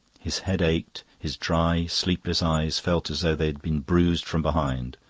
his head ached, his dry, sleepless eyes felt as though they had been bruised from behind,